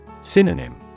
Synonym